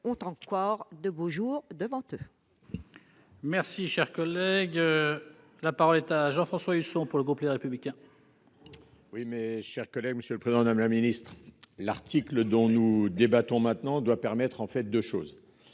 ont encore de beaux jours devant eux